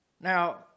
Now